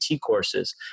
courses